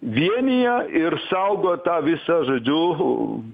vienija ir saugo tą visą žodžiu